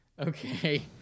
okay